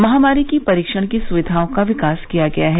महामारी की परीक्षण की सुविधाओं का विकास किया गया है